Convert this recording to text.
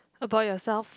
about yourself